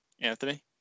Anthony